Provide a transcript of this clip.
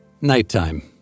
Nighttime